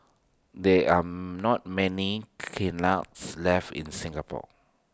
there are not many kilns left in Singapore